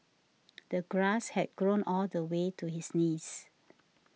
the grass had grown all the way to his knees